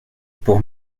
pour